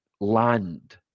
land